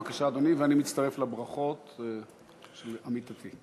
בבקשה, אדוני, ואני מצטרף לברכות של עמיתתי.